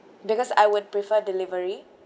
because I would prefer delivery